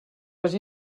les